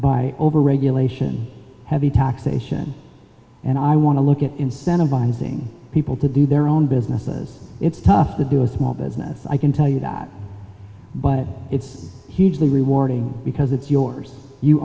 by over regulation heavy taxation and i want to look at incentivizing people to do their own businesses it's tough to do a small business i can tell you that but it's hugely rewarding because it's yours you